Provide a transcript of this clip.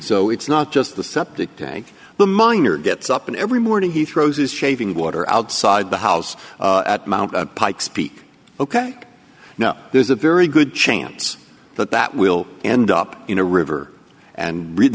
so it's not just the septic tank the miner gets up in every morning he throws his shaving water outside the house at mt pike's peak ok now there's a very good chance that that will end up in a river and read